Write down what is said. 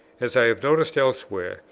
as i have noticed elsewhere,